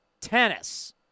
Tennis